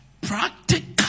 practical